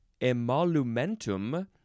emolumentum